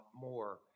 more